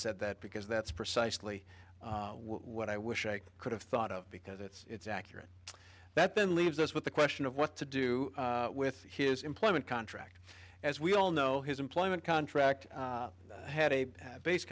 said that because that's precisely what i wish i could have thought of because it's accurate that then leaves us with the question of what to do with his employment contract as we all know his employment contract had a base